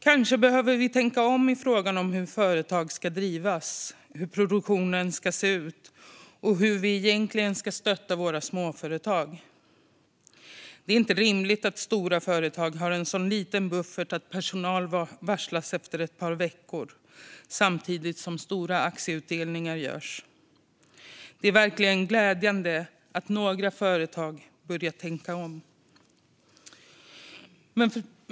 Kanske behöver vi tänka om i frågan om hur företag ska drivas, hur produktionen ska se ut och hur vi egentligen ska stötta våra småföretag. Det är inte rimligt att stora företag har en så liten buffert att personal varslas efter ett par veckor, samtidigt som stora aktieutdelningar görs. Det är verkligen glädjande att några företag börjat tänka om.